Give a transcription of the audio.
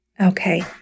Okay